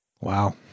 Wow